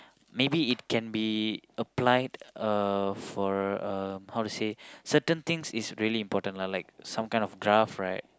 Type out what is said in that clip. maybe it can be applied uh for um how to say certain things is really important lah like some kind of draft right